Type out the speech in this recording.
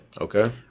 Okay